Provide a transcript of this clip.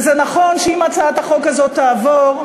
וזה נכון שאם הצעת החוק הזאת תעבור,